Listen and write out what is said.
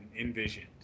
envisioned